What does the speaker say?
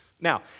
Now